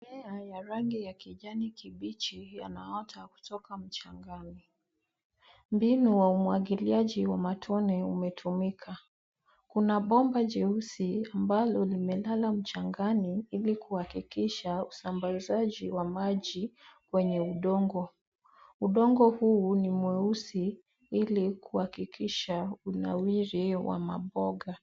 Mimea ya rangi ya kijani kibichi yanaota kutoka mchangani. Mbinu wa umwagiliaji wa matone umetumika. Kuna bomba jeusi ambalo limelala mchangani ili kuhakikisha usambazaji wa maji kwenye udongo. Udongo huu ni mweusi ili kuhakikisha unawiri wa maboga.